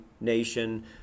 nation